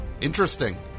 Interesting